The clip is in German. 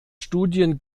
studien